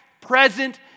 present